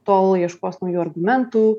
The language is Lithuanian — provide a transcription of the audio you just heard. tol ieškos naujų argumentų